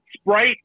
Sprite